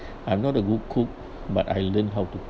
I'm not a good cook but I learn how to